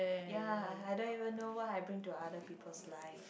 ya I don't even know what I bring to other people's life